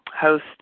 host